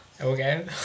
Okay